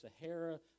Sahara